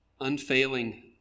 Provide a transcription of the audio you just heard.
unfailing